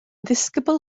ddisgybl